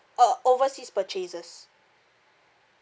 uh overseas purchases